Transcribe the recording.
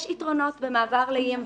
יש יתרונות במעבר ל-EMV.